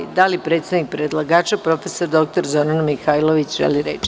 Da li predstavnik predlagača prof. dr Zorana Mihajlović želi reč?